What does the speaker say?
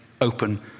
open